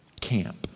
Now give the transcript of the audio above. camp